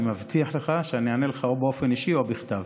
אני מבטיח לך שאני אענה לך או באופן אישי או בכתב.